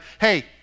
hey